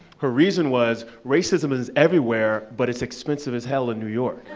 her reason was, racism is everywhere, but it's expensive as hell in new york.